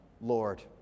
Lord